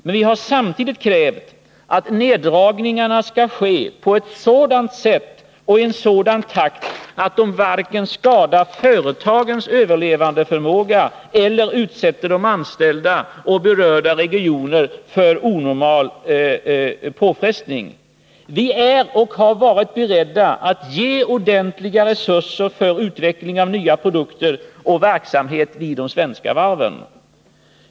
Men vi har samtidigt krävt att neddragningarna skall ske på ett sådant sätt och i en sådan takt att de varken skadar företagens överlevnadsförmåga eller utsätter de anställda och berörda regioner för onormala påfrestningar. Vi är och har varit beredda att ge ordentliga resurser för utveckling av nya produkter och verksamheter vid de svenska varven.